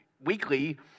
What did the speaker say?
weekly